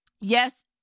yes